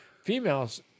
Females